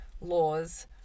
laws